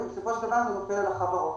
ובסופו של דבר זה נופל על החברות.